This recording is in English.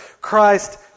Christ